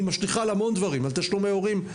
היא משליכה על המון דברים על תשלומי הורים,